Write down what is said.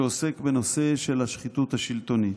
שעוסק בנושא של השחיתות השלטונית: